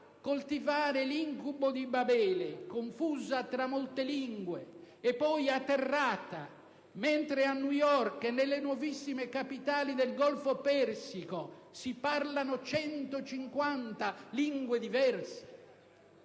coltivare l'incubo di Babele, confusa tra molte lingue e poi atterrata, mentre a New York e nelle nuovissime capitali del Golfo Persico si parlano 150 lingue diverse?